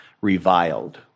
reviled